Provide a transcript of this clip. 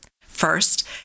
First